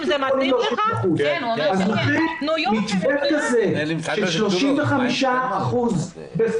המאשר כי הספורטאי עומד בתנאים הבאים: הספורטאי היה רשום באיגוד